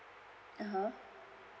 (uh huh)